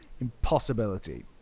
impossibility